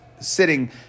Sitting